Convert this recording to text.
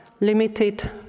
limited